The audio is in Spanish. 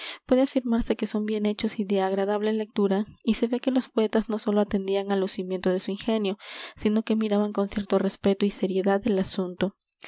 puede afirmarse que son bien hechos y de agradable lectura y se ve que los poetas no sólo atendían al lucimiento de su ingenio sino que miraban con cierto respeto y seriedad el asunto